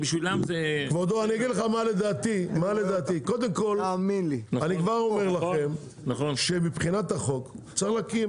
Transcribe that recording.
אני כבר אומר לכם שמבחינת החוק צריך להקים